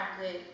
good